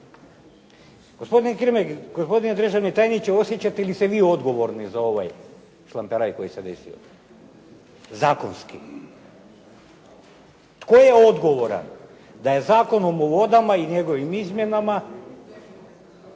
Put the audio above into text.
koncesiju. Gospodine državni tajniče osjećate li se vi odgovorni za ovaj šlamperaj koji se desio? Zakonski. Tko je odgovoran da je Zakonom o vodama i njegovim izmjenama